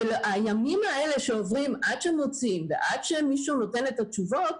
והימים האלה שעוברים עד שמוציאים ועד שמישהו נותן את התשובות,